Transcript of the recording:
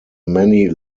many